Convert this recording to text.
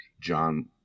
John